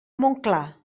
montclar